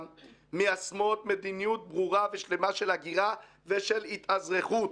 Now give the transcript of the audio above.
מיישמות מדיניות ברורה ושלמה של הגירה ושל התאזרחות.